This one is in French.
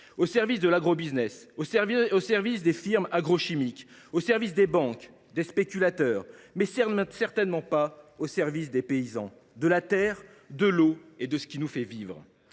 que coûte, de l’agrobusiness, des firmes agrochimiques, des banques, des spéculateurs, mais certainement pas au service des paysans, de la terre, de l’eau et de ce qui nous fait vivre.